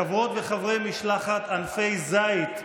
חברות וחברי משלחת "ענפי זית",